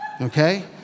okay